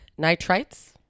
Nitrites